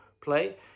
play